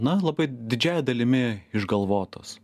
na labai didžiąja dalimi išgalvotos